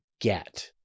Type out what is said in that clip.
get